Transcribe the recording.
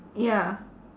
ya